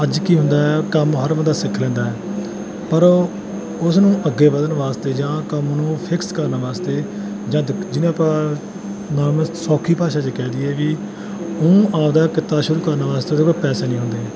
ਅੱਜ ਕੀ ਹੁੰਦਾ ਹੈ ਕੰਮ ਹਰ ਬੰਦਾ ਸਿੱਖ ਲੈਂਦਾ ਹੈ ਪਰ ਉਹ ਉਸਨੂੰ ਅੱਗੇ ਵਧਣ ਵਾਸਤੇ ਜਾਂ ਕੰਮ ਨੂੰ ਫਿਕਸ ਕਰਨ ਵਾਸਤੇ ਜਦ ਜਿੱਦਾਂ ਆਪਾਂ ਨੋਰਮਲ ਸੌਖੀ ਭਾਸ਼ਾ 'ਚ ਕਹਿ ਦਈਏ ਵੀ ਉਹਨੂੰ ਆਪਦਾ ਕਿੱਤਾ ਸ਼ੁਰੂ ਕਰਨ ਵਾਸਤੇ ਉਹਦੇ ਕੋਲ ਪੈਸੇ ਨਹੀਂ ਹੁੰਦੇ